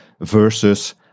versus